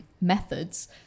methods